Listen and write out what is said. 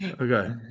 Okay